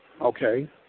Okay